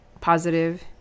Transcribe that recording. positive